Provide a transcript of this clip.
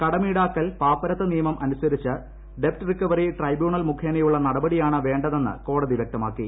കടമീടാക്കൽ പാപ്പരത്ത് നിയമം അനുസരിച്ച് ഡെറ്റ് റിക്കവറി ട്രൈബ്യൂണൽ മുഖേനയുള്ള നടപടിയാണ് വേണ്ടതെന്ന് കോടതി വ്യക്തമാക്കി